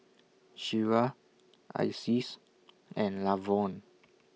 Shira Isis and Lavonne